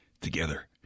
together